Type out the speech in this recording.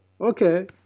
okay